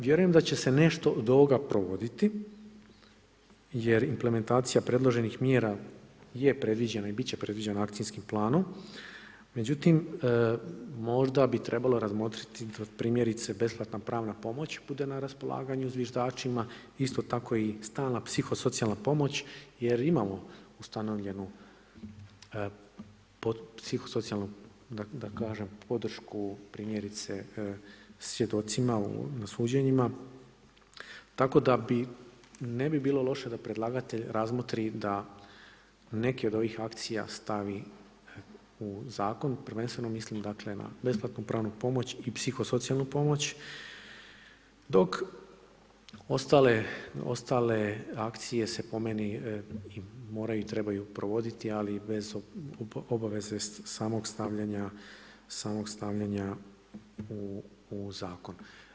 Vjerujem da će se nešto od ovoga provoditi jer implementacija predloženih mjera je predviđena i biti će predviđena akcijskim planom, međutim, možda bi trebalo razmotriti primjerice besplatna pravna pomoć bude na raspolaganju zviždačima, isto tako i stalna psihosocijalna pomoć, jer imamo ustanovljenu psihosocijalnu da kažem podršku primjerice svjedocima na suđenjima, tako da bi ne bi bilo loše da predlagatelj razmotri da neke od ovih akcija stavi u zakon, prvenstveno mislim na besplatnu pravnu pomoć i psihosocijalnu pomoć, dok ostale akcije se po meni, moraju i trebaju provoditi, ali bez obaveze samog stavljanja u zakon.